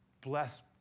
bless